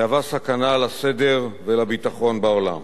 מהווה סכנה לסדר ולביטחון בעולם.